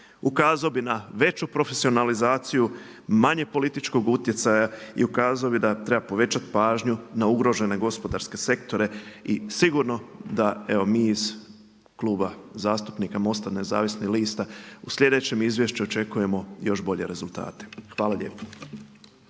Ukazao bi na veću profesionalizaciju, manje političkog utjecaja i ukazao bih da treba povećati pažnju na ugrožene gospodarske sektore i sigurno da evo mi iz Kluba zastupnika MOST-a Nezavisnih lista u sljedećem izvješću očekujemo još bolje rezultate. Hvala lijepo.